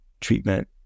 treatment